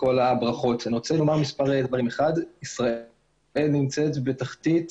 ישראל נמצאת בתחתית